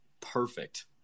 perfect